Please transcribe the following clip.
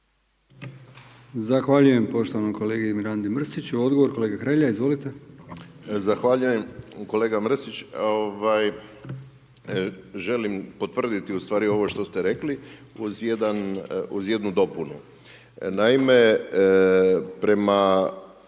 Zahvaljujem poštovanom kolegi Mirandi Mrsiću, odgovor kolega Hrelja, izvolite. **Hrelja, Silvano (HSU)** Zahvaljujem kolega Mrsić, želim potvrditi ustvari ovo što ste rekli, uz jednu dopunu. Naime, prema